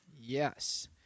Yes